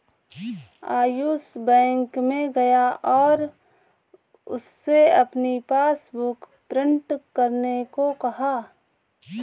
Ayush bank में गया और उससे अपनी पासबुक प्रिंट करने को कहा